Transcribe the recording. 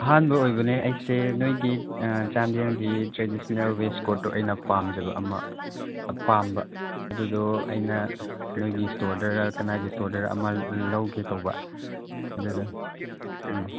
ꯑꯍꯥꯟꯕ ꯑꯣꯏꯕꯅꯦ ꯑꯩꯁꯦ ꯅꯣꯏꯒꯤ ꯆꯥꯟꯗꯦꯜꯒꯤ ꯇ꯭ꯔꯦꯗꯤꯁꯟꯅꯦꯜ ꯋꯦꯁ ꯀꯣꯠꯇꯣ ꯑꯩꯅ ꯄꯥꯝꯖꯕ ꯑꯃ ꯄꯥꯝꯕ ꯑꯗꯨꯗꯣ ꯑꯩꯅ ꯅꯣꯏꯒꯤ ꯁ꯭ꯇꯣꯔꯗꯔꯥ ꯀꯅꯥꯒꯤ ꯁ꯭ꯇꯣꯔꯗꯔꯥ ꯑꯃ ꯂꯧꯒꯦ ꯇꯧꯕ ꯑꯗꯨꯗ ꯎꯝ